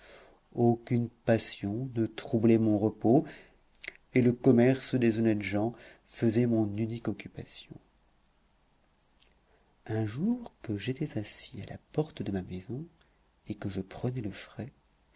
aucune passion ne troublait mon repos et le commerce des honnêtes gens faisait mon unique occupation un jour que j'étais assis à la porte de ma maison et que je prenais le frais